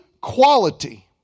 quality